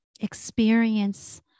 experience